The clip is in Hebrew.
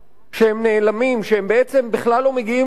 שהם נעלמים, שהם בעצם בכלל לא מגיעים לשום מקום.